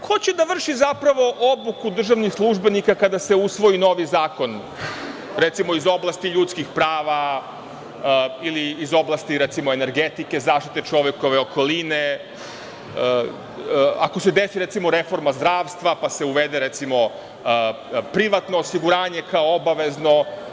Ko će da vrši obuku državnih službenika kada se usvoji novi zakon, recimo, iz oblasti ljudskih prava ili iz oblasti energetike, zaštite čovekove okoline, ako se desi, recimo, reforma zdravstva, pa se uvede privatno osiguranje kao obavezno?